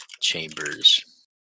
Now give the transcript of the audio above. Chambers